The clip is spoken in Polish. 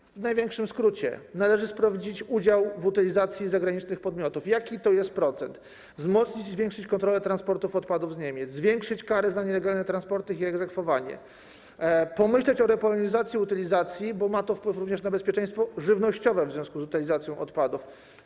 I w największym skrócie: należy sprawdzić udział w utylizacji zagranicznych podmiotów, jaki to jest procent, wzmocnić i zwiększyć kontrolę transportów odpadów z Niemiec, zwiększyć kary za nielegalne transporty i ich egzekwowanie, pomyśleć o repolonizacji i utylizacji, bo ma to wpływ również na bezpieczeństwo żywnościowe w związku z utylizacją odpadów.